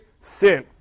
sin